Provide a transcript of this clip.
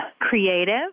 Creative